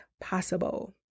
possible